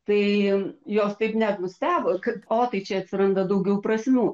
tai jos taip net nustebo kad o tai čia atsiranda daugiau prasmių